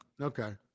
Okay